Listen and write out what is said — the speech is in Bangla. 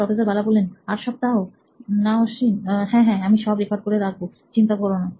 প্রফেসর বালা 8 সপ্তাহ না অশ্বিন হ্যাঁ হ্যাঁ আমি সব রেকর্ড করে রাখবো চিন্তা করোনা